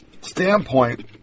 standpoint